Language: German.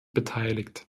beteiligt